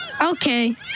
Okay